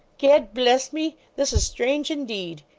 gad bless me, this is strange indeed